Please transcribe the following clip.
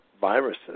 viruses